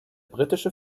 britische